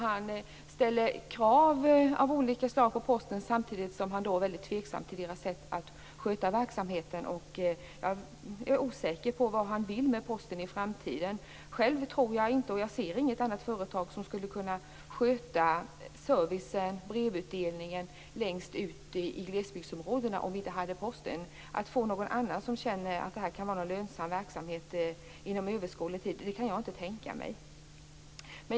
Han ställer krav av olika slag på Posten, samtidigt som han är väldigt tveksam till Postens sätt att sköta verksamheten. Jag är osäker på vad han vill med Posten i framtiden. Själv ser jag inget företag som skulle kunna sköta servicen med brevutdelning längst ut i glesbygdsområdena om vi inte hade Posten. Att någon annan inom överskådlig tid skulle känna att det här kunde vara en lönsam verksamhet kan jag inte tänka mig.